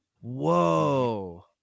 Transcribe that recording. Whoa